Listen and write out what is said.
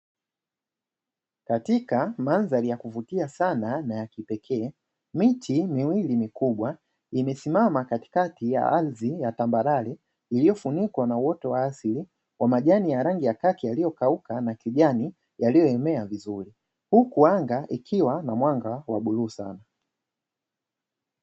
Katika madhari ya kuvutia sana na ya kipekee miti miwili mikubwa imesimama katikati ya ardhi ya tambarare, iliyofunikwa na uoto wa asili wa majani ya rangi ya kaki yaliyokauka na kijani yaliyoenea vizuri huku anga ikiwa na mwanga wa bluu sana.